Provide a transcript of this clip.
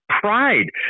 pride